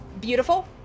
Beautiful